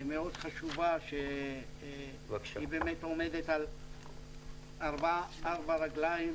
מאוד חשובה שעומדת על ארבע רגליים,